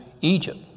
Egypt